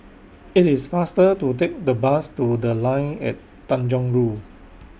IT IS faster to Take The Bus to The Line At Tanjong Rhu